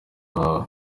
wawe